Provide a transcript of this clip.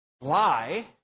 lie